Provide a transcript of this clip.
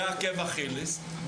זה עקב אכילס.